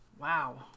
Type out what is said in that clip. Wow